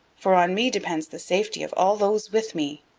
for on me depends the safety of all those with me,